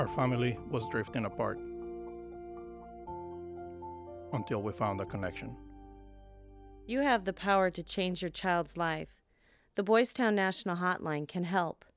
our family was drifting apart until we found the connection you have the power to change your child's life the boy's town national hotline can help